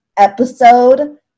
episode